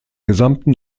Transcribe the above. gesamten